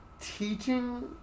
teaching